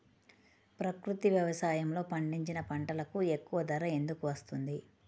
ప్రకృతి వ్యవసాయములో పండించిన పంటలకు ఎక్కువ ధర ఎందుకు వస్తుంది?